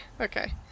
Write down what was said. Okay